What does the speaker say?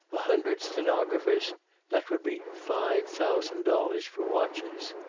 a hundred stenographers that would be five thousand dollars for watches.